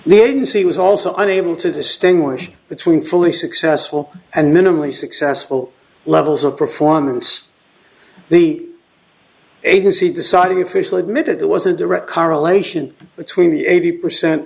latency was also unable to distinguish between fully successful and minimally successful levels of performance the agency deciding official admitted there was a direct correlation between the eighty percent